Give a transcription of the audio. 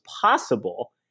possible